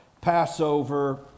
Passover